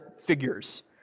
figures